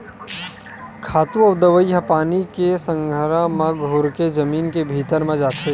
खातू अउ दवई ह पानी के संघरा म घुरके जमीन के भीतरी म जाथे